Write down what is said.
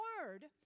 word